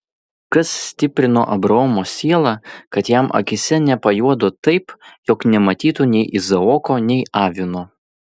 kas stiprino abraomo sielą kad jam akyse nepajuodo taip jog nematytų nei izaoko nei avino